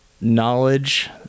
knowledge